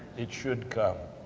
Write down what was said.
it should come.